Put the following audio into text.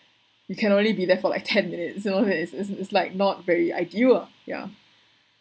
you can only be there for like ten minutes so it's it's it's like not very ideal ah ya